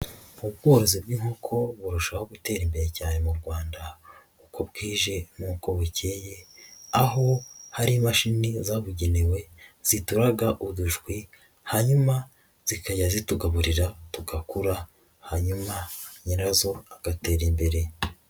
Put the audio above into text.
Ubworozi bw'inkoko burushaho gutera imbere cyane mu Rwanda uko bwije n'bwo bukeye, aho hari imashini zabugenewe zituraga udujwi hanyuma zikajya zitugaburira tugakura hanyuma nyirazo agatera imbere.